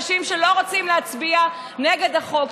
אנשים שלא רוצים להצביע נגד החוק.